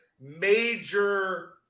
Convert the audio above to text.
major